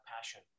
passion